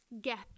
get